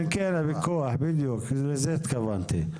כן, הפיקוח, בדיוק לזה התכוונתי.